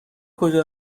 کجا